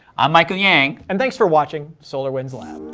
i'm michael young. and thanks for watching solarwinds lab.